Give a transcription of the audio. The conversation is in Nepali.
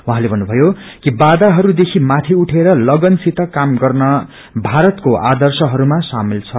उहाँले भन्नुभयो कि बाधाहरू देखि माथि उठेर लगनसित खम गर्न भारतको आर्दशहयमा शानेल छ